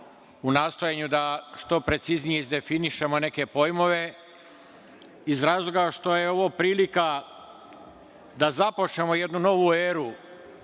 u nastojanju da što preciznije izdefinišemo neke pojmove, iz razloga što je ovo prilika da započnemo jednu novu eru,